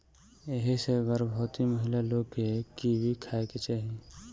एही से गर्भवती महिला लोग के कीवी खाए के चाही